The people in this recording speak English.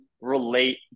relate